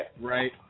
right